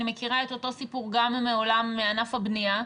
אני מכירה את אותו סיפור גם מעולם ענף הבנייה.